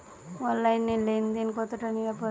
অনলাইনে লেন দেন কতটা নিরাপদ?